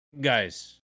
guys